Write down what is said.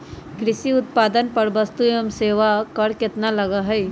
कृषि उत्पादन पर वस्तु एवं सेवा कर कितना लगा हई?